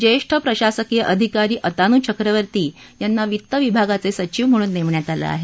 ज्येष्ठ प्रशासकीय अधिकारी अतानू चक्रवर्ती यांना वित्त विभागाचे सचिव म्हणून नेमण्यात आलं आहे